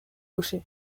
fauché